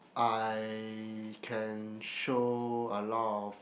I can show a lot of